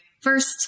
first